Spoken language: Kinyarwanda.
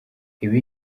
ibi